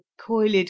coiled